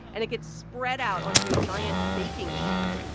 and it gets spread out onto a giant baking sheet.